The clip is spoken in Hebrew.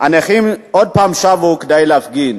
הנכים עוד פעם שבו כדי להפגין.